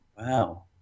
wow